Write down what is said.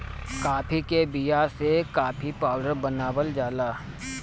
काफी के बिया से काफी पाउडर बनावल जाला